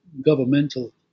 governmental